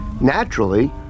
Naturally